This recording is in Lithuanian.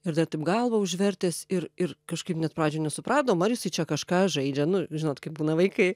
ir dar taip galvą užvertęs ir ir kažkaip net pradžioj nesupratom ar jisai čia kažką žaidžia nu žinot kaip būna vaikai